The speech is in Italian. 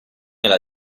alla